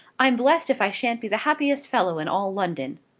i'm blessed if i shan't be the happiest fellow in all london.